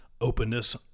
openness